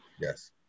Yes